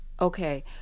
Okay